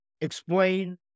explain